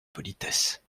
politesse